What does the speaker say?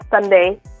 Sunday